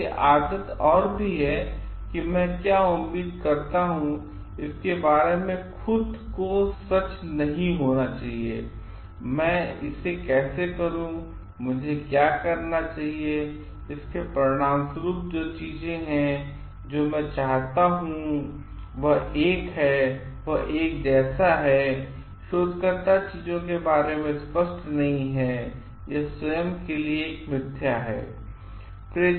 इसलिए आदत और यह भी कि मैं क्या उम्मीद करता हूं इसके बारे में खुद को सच नहीं होना चाहिए मैं इसे कैसे करूं मुझे क्या करना चाहिए इसके परिणामस्वरूप जो चीजें हैं जो मैं चाहता हूं वह एक है और यह एक जैसा है शोधकर्ता चीजों के बारे में स्पष्ट नहीं है और यह स्वयं के लिए एक मिथ्या है